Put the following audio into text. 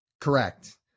Correct